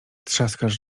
trzaskasz